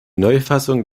neufassung